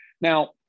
Now